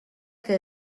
que